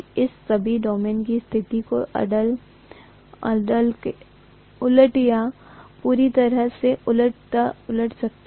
इसलिए करंट की ताकत के निर्माण में कुछ समय लगता है और उसके बाद ही यह सभी डोमेन की स्थिति को उलट या पूरी तरह से उलट सकता है